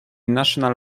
national